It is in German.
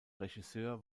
regisseur